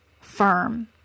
Firm